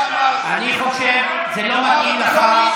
זה לא מתאים לך, אני חושב שזה לא מתאים לך.